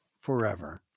forever